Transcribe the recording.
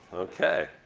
okay.